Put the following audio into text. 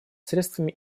средствами